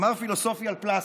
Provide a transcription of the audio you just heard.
מאמר פילוסופי על פלסטיק.